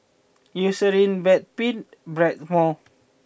Eucerin Bedpans Blackmores